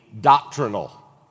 doctrinal